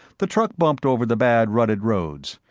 the truck bumped over the bad, rutted roads.